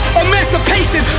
emancipation